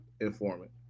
informant